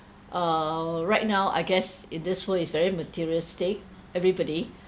err right now I guess in this world it's very materialistic everybody